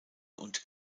und